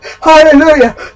Hallelujah